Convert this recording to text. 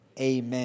amen